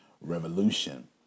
revolution